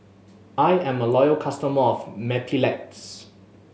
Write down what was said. I'm a loyal customer of Mepilex